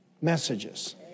messages